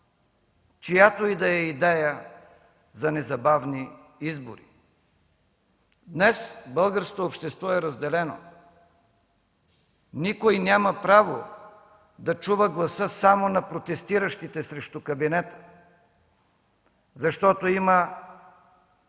чиято и да е идея за незабавни избори. Днес българското общество е разделено. Никой няма право да чува гласа само на протестиращите срещу кабинета, защото има